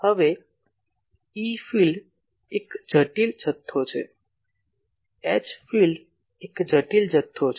હવે E field એક જટિલ જથ્થો છે H ફિલ્ડ એક જટિલ જથ્થો છે